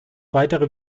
weitere